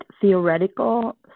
theoretical